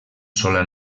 sola